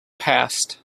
passed